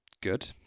good